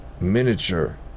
miniature